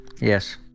Yes